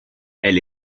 elle